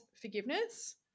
forgiveness